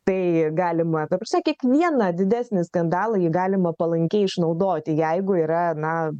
tai galima ta prasme kiekvieną didesnį skandalą jį galima palankiai išnaudoti jeigu yra na